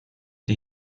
die